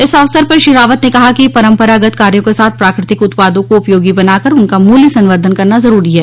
इस अवसर पर श्री रावत ने कहा कि परम्परागत कार्यो के साथ प्राकृतिक उत्पादों को उपयोगी बनाकर उनका मूल्य संवर्धन करना जरूरी है